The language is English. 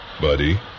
buddy